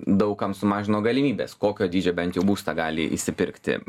daug kam sumažino galimybes kokio dydžio bent jau būstą gali išsipirkti